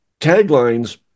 Taglines